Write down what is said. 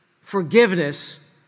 forgiveness